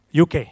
UK